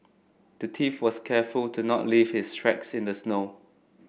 the thief was careful to not leave his tracks in the snow